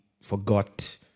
forgot